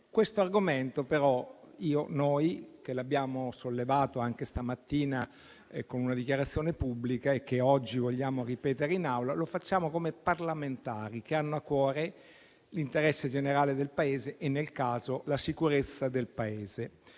questo argomento, però, che abbiamo sollevato anche stamattina con una dichiarazione pubblica e oggi vogliamo ripetere in Aula, interveniamo come parlamentari che hanno a cuore l'interesse generale del Paese e, nel caso, la sua sicurezza.